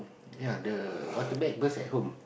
ya the water bag burst at home